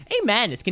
Amen